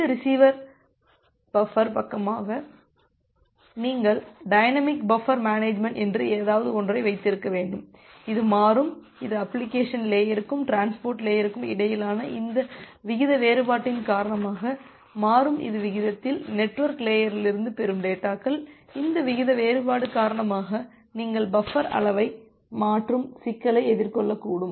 இந்த receivers buffer பக்கமாக நீங்கள் டைனமிக் பஃபர் மேனேஜ்மென்ட் என்று ஏதாவது ஒன்றை வைத்திருக்க வேண்டும் இது மாறும் இது அப்ளிகேஷன் லேயருக்கும் டிரான்ஸ்போர்ட் லேயருக்கும் இடையிலான இந்த விகித வேறுபாட்டின் காரணமாக மாறும் இதுவிகிதத்தில் நெட்வொர்க் லேயரிலிருந்து பெறும் டேட்டாக்கள் இந்த விகித வேறுபாடு காரணமாக நீங்கள் பஃபர் அளவை மாற்றும் சிக்கலை எதிர்கொள்ளக்கூடும்